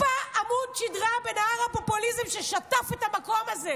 טיפה עמוד שדרה בנהר הפופוליזם ששטף את המקום הזה.